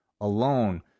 alone